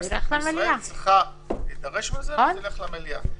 ישראל צריכה להידרש לזה, אז היא תלך למליאה.